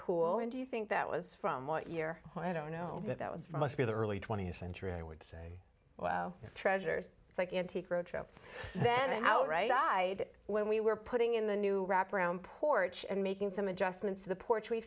cool and do you think that was from what year i don't know if that was mostly the early twentieth century i would say wow treasures like antique roadshow then how right i did when we were putting in the new wrap around porch and making some adjustments to the porch we